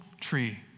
tree